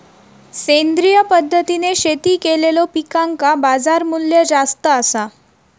सेंद्रिय पद्धतीने शेती केलेलो पिकांका बाजारमूल्य जास्त आसा